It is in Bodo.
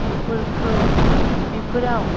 बेफोरखौ बेफोराव